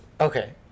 okay